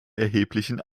erheblichen